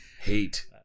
Hate